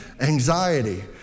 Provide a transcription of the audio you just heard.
anxiety